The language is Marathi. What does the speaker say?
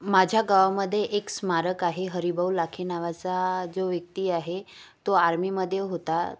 माझ्या गावामध्ये एक स्मारक आहे हरिभाऊ लाखी नावाचा जो व्यक्ती आहे तो आर्मीमध्ये होता